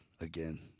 again